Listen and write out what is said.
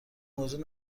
موضوع